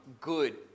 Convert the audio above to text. good